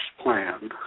plan